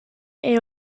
and